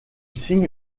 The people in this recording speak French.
signe